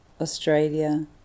Australia